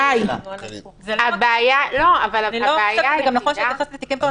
זה גם לא נכון שנתייחס לתיקים פרטניים.